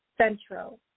Central